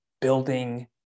building